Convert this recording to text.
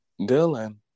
Dylan